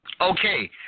Okay